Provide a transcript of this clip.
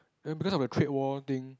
then because of the trade war thing